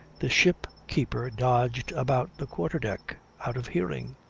the ship-keeper dodged about the quarter-deck, out of hearing,